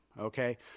okay